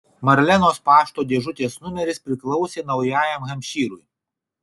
marlenos pašto dėžutės numeris priklausė naujajam hampšyrui